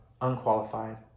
unqualified